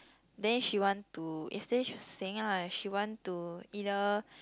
then she want to yesterday she was saying ah she want to either